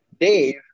Dave